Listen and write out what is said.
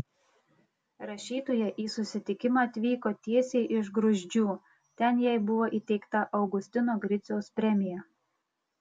rašytoja į susitikimą atvyko tiesiai iš gruzdžių ten jai buvo įteikta augustino griciaus premija